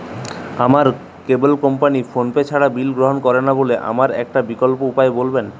আমার cable company PhonePe ছাড়া bill গ্রহণ করে না বলে আমার একটা বিকল্প উপায় বলবেন?